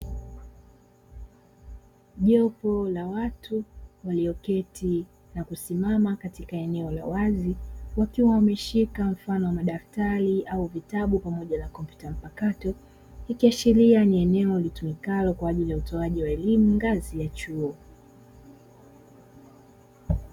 Jopo la watu walioketi na kusimama katika eneo la wazi, wakiwa wameshika mfano wa madaftari au vitabu pamoja na kompyuta mpakato; ikiashiria ni eneo litumikalo kwa ajili ya utoaji wa elimu ngazi ya chuo.